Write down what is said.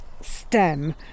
stem